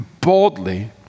boldly